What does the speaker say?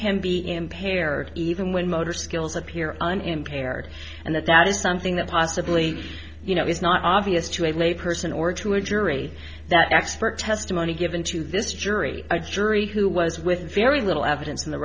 can be impaired even when motor skills appear unimpaired and that that is something that possibly you know is not obvious to a lay person or to a jury that expert testimony given to this jury a jury who was with very little evidence in the